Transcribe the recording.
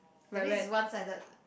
that thing is one sided